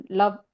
love